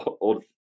old